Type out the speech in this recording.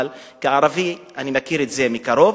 אבל כערבי אני מכיר את זה מקרוב,